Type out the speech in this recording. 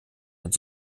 mit